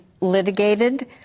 litigated